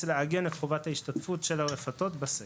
לעגן את חובת ההשתתפות של הרפתות בסקר.